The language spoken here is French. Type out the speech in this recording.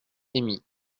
émis